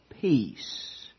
peace